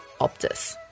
Optus